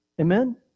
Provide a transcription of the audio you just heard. Amen